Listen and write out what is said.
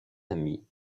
amis